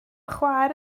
chwaer